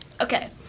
Okay